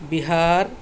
Bihar